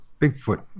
Bigfoot